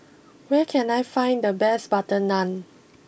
where can I find the best Butter Naan